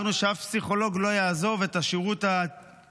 אמרנו שאף פסיכולוג לא יעזוב את השירות הפרטי